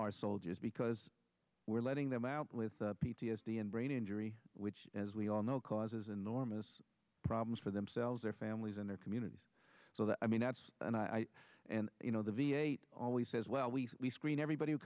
our soldiers because we're letting them out with p t s d and brain injury which as we all know causes enormous problems for themselves their families and their communities so that i mean that's and i and you know the v a always says well we we screen everybody who